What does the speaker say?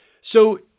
So-